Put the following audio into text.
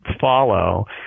follow